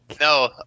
no